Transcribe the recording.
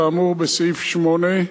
כאמור בסעיף 8(1),